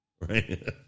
right